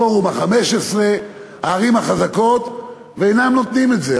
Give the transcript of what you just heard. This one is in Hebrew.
פורום ה-15, הערים החזקות, ואינן נותנות את זה.